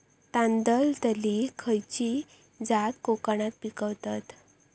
तांदलतली खयची जात कोकणात पिकवतत?